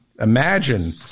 Imagine